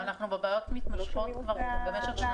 אנחנו בבעיות מתמשכות כבר במשך שנתיים.